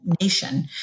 nation